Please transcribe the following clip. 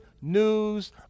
news